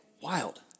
Wild